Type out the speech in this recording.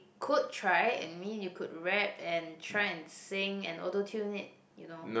could try I mean you could rap and try and sing and auto tune it you know